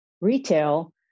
retail